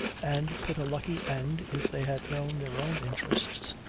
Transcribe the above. and put a lucky end, if they had known their own interests,